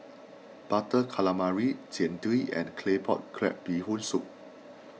Butter Calamari Jian Dui and Claypot Crab Bee Hoon Soup